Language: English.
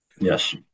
Yes